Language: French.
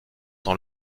dans